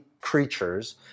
creatures